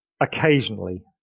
occasionally